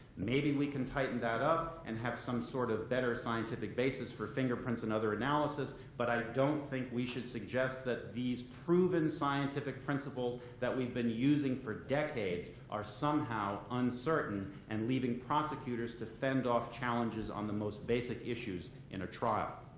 maybe we can tighten that up and have some sort of better scientific basis for fingerprints and other analysis. but i don't think we should suggest that these proven scientific principles that we've been using for decades are somehow uncertain and leaving prosecutors to fend off challenges on the most basic issues in a trial.